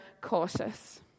cautious